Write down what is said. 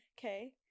Okay